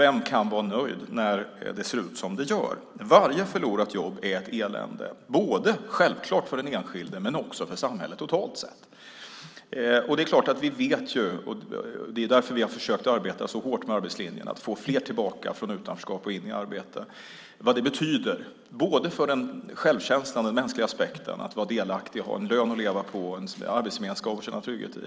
Vem kan vara nöjd när det ser ut som det gör? Varje förlorat jobb är ett elände, självklart för den enskilde men också för samhället totalt sett. Vi vet vad det betyder - det är därför vi har satsat så hårt på arbetslinjen, på att få fler tillbaka från utanförskap och in i arbete - för självkänslan, den mänskliga aspekten, att vara delaktig, att ha en lön att leva på och en arbetsgemenskap att känna trygghet i.